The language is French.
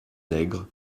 nègre